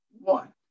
One